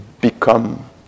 become